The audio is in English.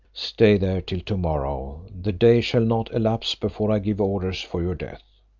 stay there till to-morrow the day shall not elapse before i give orders for your death.